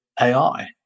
AI